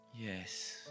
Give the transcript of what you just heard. Yes